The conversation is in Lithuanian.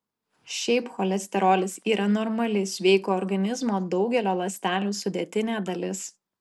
šiaip cholesterolis yra normali sveiko organizmo daugelio ląstelių sudėtinė dalis